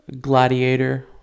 Gladiator